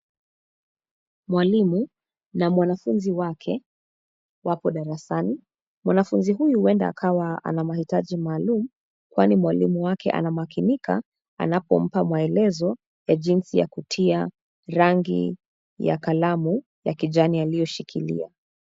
Mwalimu na mwanafunzi wake, wapo darasani. Mwanafunzi huyu huenda akawa ana mahitaji maalum kwani mwalimu wake ana makinika anapompa maelezo ya jinsi ya kutia rangi ya kalamu ya kijani aliyoshikilia.